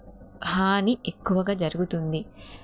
హాని ఎక్కువగా జరుగుతుంది